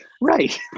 Right